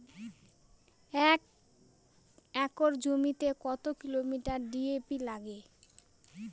এক একর জমিতে কত কিলোগ্রাম ডি.এ.পি লাগে?